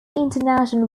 international